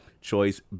Choice